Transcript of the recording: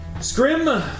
Scrim